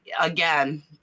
again